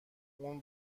اون